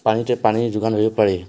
পানীৰ টেপ পানীৰ যোগান ধৰিব পাৰি